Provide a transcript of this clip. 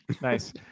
Nice